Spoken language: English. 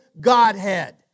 Godhead